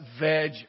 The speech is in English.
veg